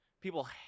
People